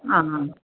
आं हां